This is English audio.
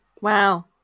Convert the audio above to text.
Wow